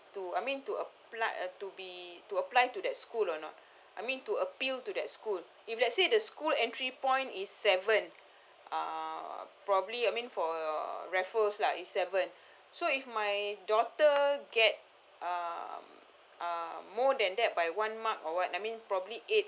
to I mean to apply to be to apply to that school or not I mean to appeal to that school if let's say the school entry point is seven uh probably I mean for raffles lah is seven so if my daughter get uh uh more than that by one mark or what I mean probably eight